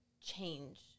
change